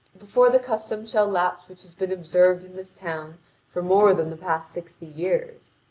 before the custom shall lapse which has been observed in this town for more than the past sixty years.